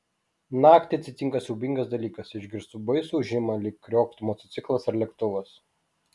naktį atsitinka siaubingas dalykas išgirstu baisų ūžimą lyg krioktų motociklas ar lėktuvas